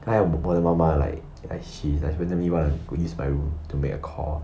刚才我我的妈妈 like like she's like me want to use my room to make a call